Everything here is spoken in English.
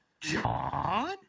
John